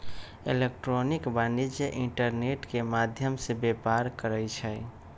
electronic वाणिज्य internet के माध्यम से व्यापार करइ छै